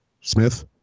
Smith